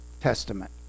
Testament